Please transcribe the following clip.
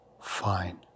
Fine